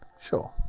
Sure